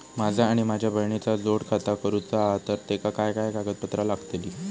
माझा आणि माझ्या बहिणीचा जोड खाता करूचा हा तर तेका काय काय कागदपत्र लागतली?